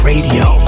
Radio